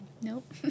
Nope